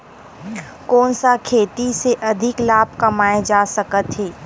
कोन सा खेती से अधिक लाभ कमाय जा सकत हे?